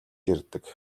ирдэг